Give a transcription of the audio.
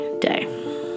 day